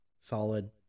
solid